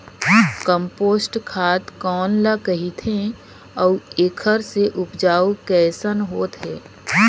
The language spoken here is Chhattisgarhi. कम्पोस्ट खाद कौन ल कहिथे अउ एखर से उपजाऊ कैसन होत हे?